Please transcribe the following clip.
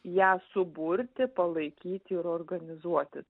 ją suburti palaikyti ir organizuoti